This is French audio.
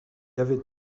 avait